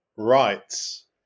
rights